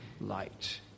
light